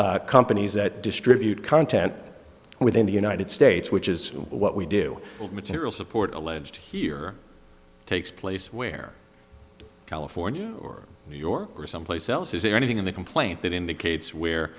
companies that distribute content within the united states which is what we do with material support alleged here takes place where california or new york or someplace else is there anything in the complaint that indicates we're